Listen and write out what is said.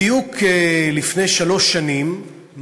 בדיוק לפני שלוש שנים,